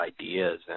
ideas